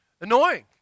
annoying